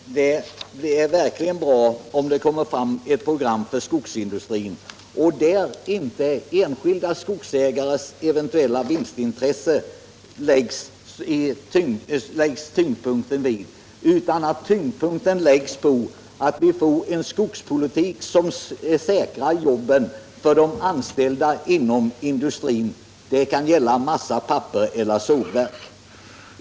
Herr talman! Det är verkligen bra om det kommer fram ett program för skogsindustrin och där inte tyngdpunkten läggs vid enskilda skogsägares eventuella vinstintressen utan på att vi får en skogspolitik som säkrar jobben för de anställda inom industrin — det kan gälla massa, papper eller sågverk.